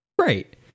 Right